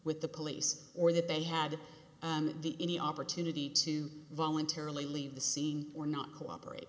with the police or that they had any opportunity to voluntarily leave the scene or not cooperate